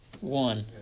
one